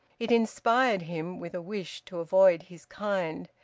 it inspired him with a wish to avoid his kind,